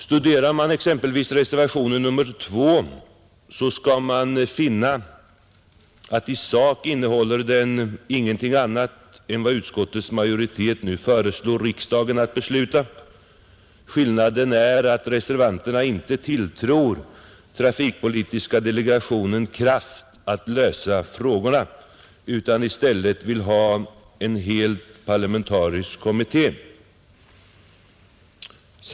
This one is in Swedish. Studerar man exempelvis reservationen nr 2 a finner man att den i sak inte innehåller någonting annat än vad utskottets majoritet nu föreslår riksdagen att beslutd Skillnaden är att reservanterna inte tilltror trafikpolitiska delegationen kraft att lösa frågorna utan i stället vill ha en helt parlamentarisk kommitté.